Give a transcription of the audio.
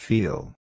Feel